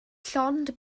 llond